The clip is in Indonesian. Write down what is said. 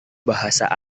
bahasa